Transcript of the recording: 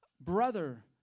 brother